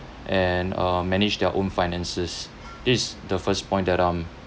and uh manage their own finances this is the first point that um